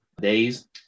days